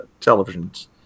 televisions